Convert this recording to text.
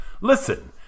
Listen